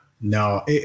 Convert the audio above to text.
no